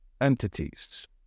entities